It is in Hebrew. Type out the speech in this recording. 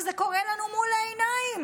וזה קורה לנו מול העיניים.